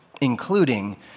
including